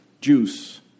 juice